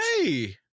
Hey